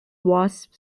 wasp